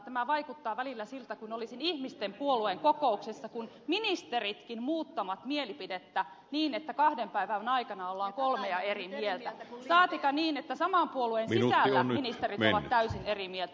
tämä vaikuttaa välillä siltä kuin olisin ihmisten puolueen kokouksessa kun ministerit muuttavat mielipidettä niin että kahden päivän aikana ollaan kolmea eri mieltä saatikka niin että saman puolueen sisällä ministerit ovat täysin eri mieltä